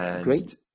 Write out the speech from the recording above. Great